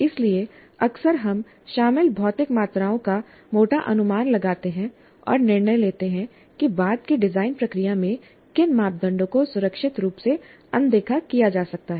इसलिए अक्सर हम शामिल भौतिक मात्राओं का मोटा अनुमान लगाते हैं और निर्णय लेते हैं कि बाद की डिजाइन प्रक्रिया में किन मापदंडों को सुरक्षित रूप से अनदेखा किया जा सकता है